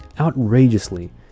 outrageously